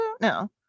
no